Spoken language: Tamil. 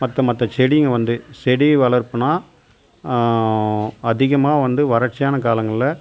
மற்ற மற்ற செடிங்க வந்து செடி வளர்ப்புன்னா அதிகமாக வந்து வறட்சியான காலங்களில்